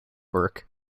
work